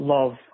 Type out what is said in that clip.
Love